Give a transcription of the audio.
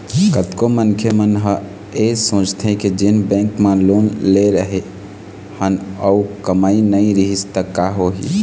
कतको मनखे मन ह ऐ सोचथे के जेन बेंक म लोन ले रेहे हन अउ कमई नइ रिहिस त का होही